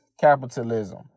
capitalism